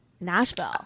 Nashville